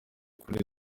kuri